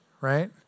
right